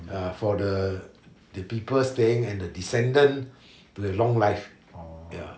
ya for the people staying and the descendant to have long life ya